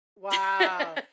Wow